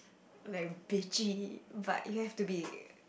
like bitchy but you have to be